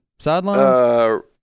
Sidelines